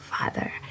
father